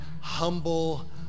humble